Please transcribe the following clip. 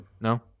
No